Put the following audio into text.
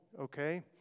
Okay